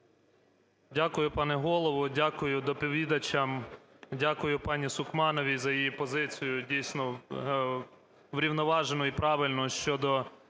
Дякую, пане Голово. Дякую доповідачам. Дякую пані Сукмановій за її позицію. Дійсно, врівноважено і правильно щодо